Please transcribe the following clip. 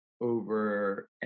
over